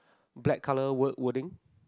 black colour word wording